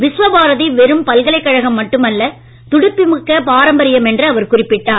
விஸ்வபாரதி வெறும் பல்கலைக்கழகம் மட்டுமல்ல துடிப்புமிக்க பாரம்பரியம் என்று அவர் குறிப்பிட்டார்